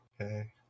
Okay